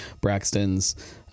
Braxton's